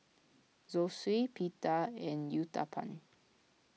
Zosui Pita and Uthapam